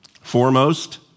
foremost